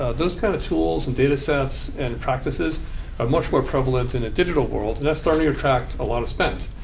ah those kind of tools and datasets and practices are much more prevalent in a digital world. that's starting to attract a lot of spend,